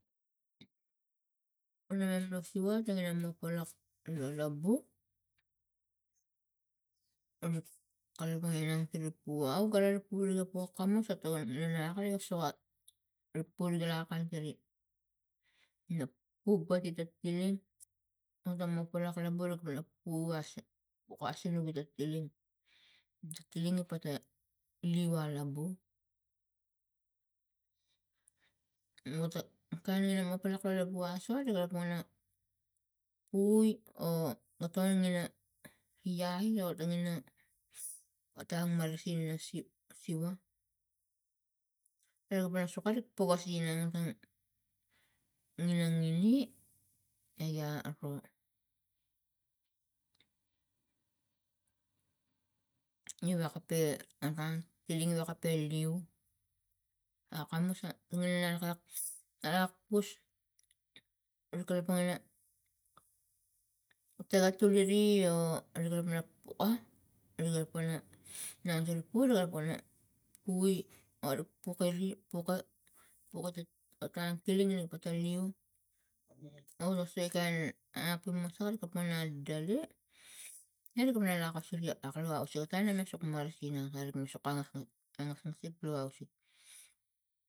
A nana nem lo siva tangina ma palak labu rik kalapank inang sinak pu au gara lo pu gara ga pokamus a takan ina akan ina soka ra puri akan turi na poubati ta tiling otam mo polak la bori polak pu asang pukasinuk ita tiling, tiling i pata leu alabu no ta kain ina mopana bu aso ri kalapang ana pui o ga tokon ina iai o tangina otang marasin lo siva. A pana sokar ik pokasai inang otang nginan ngini egia ro ni wakape otang tiling wakape leu akamus a tiling alak lak alakpus ri kalapang ina taga tuliri o ri kalapan po o ri kalapang pana na tiri pul ri kalapang na pue a rik pukali puka tali tiling ina pota lem o ta so kain aki moso ri kalapang na dale e rik na lak lo sule ak lo ausik otang ina ak sok marasin akarikina sok angasgasik lo ausik.